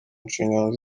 nshingano